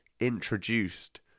introduced